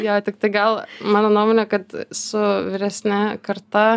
jo tiktai gal mano nuomone kad su vyresne karta